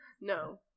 No